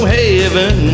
heaven